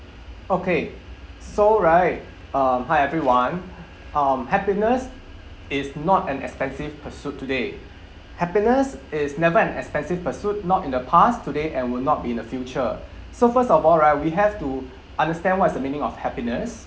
okay so right uh hi everyone um happiness is not an expensive pursuit today happiness is never an expensive pursuit not in the past today and will not be in the future so first of all right we have to understand what is the meaning of happiness